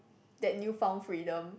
that new found freedom